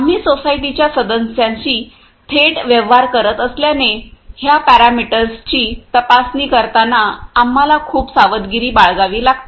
आम्ही सोसायटीच्या सदस्यांशी थेट व्यवहार करत असल्याने ह्या पॅरामीटर्सची तपासणी करताना आम्हाला खूप सावधगिरी बाळगावी लागते